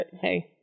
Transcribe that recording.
hey